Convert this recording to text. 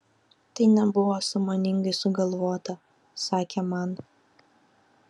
tai nebuvo sąmoningai sugalvota sakė man